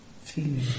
feeling